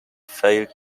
failed